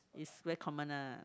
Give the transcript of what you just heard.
it's very common lah